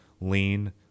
lean